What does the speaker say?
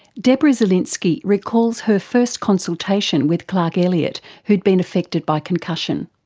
deborah zelinsky recalls her first consultation with clark elliott who'd been affected by concussion.